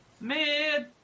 Mid